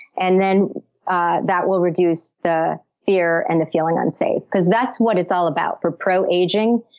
and then ah that will reduce the fear and the feeling unsafe, because that's what it's all about. for pro-aging,